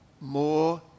more